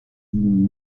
hewn